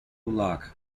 lock